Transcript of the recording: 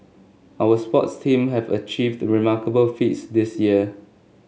our sports team have achieved remarkable feats this year